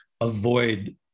avoid